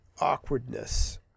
awkwardness